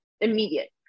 immediate